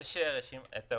יש רשימה של פרויקטים.